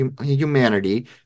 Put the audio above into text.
humanity